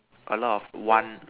a lot of one